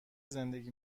زندگی